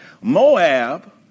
Moab